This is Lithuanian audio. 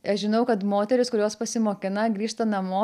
aš žinau kad moterys kurios pasimokina grįžta namo